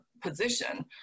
position